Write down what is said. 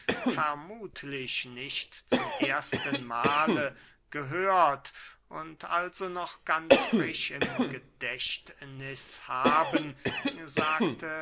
vermuthlich nicht zum ersten mahle gehört und also noch ganz frisch im gedächtniß haben sagte